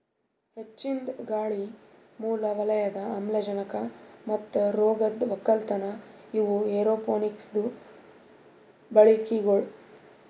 ಹೆಚ್ಚಿಂದ್ ಗಾಳಿ, ಮೂಲ ವಲಯದ ಆಮ್ಲಜನಕ ಮತ್ತ ರೋಗದ್ ಒಕ್ಕಲತನ ಇವು ಏರೋಪೋನಿಕ್ಸದು ಬಳಿಕೆಗೊಳ್